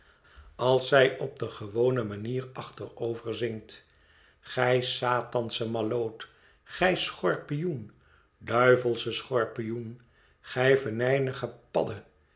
als zij op de gewone manier achteroverzinkt gij satansche malloot gij schorpioen duivelsche schorpioen gij venijnige padde